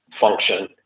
function